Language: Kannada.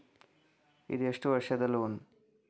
ಇದು ಎಷ್ಟು ವರ್ಷದ ಲೋನ್?